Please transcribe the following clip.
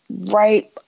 right